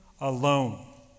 alone